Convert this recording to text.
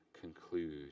conclude